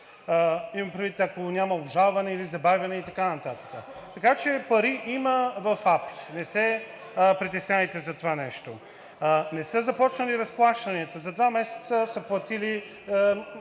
имам предвид, ако няма обжалване или забавяне и така нататък. Така че пари има в АПИ, не се притеснявайте за това нещо. Не са започнали разплащанията, за два месеца са платили